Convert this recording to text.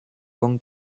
con